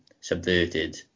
subverted